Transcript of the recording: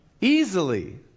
Easily